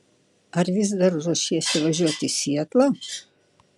ar vis dar ruošiesi važiuoti į sietlą